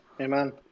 Amen